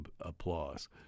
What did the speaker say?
applause